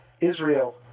Israel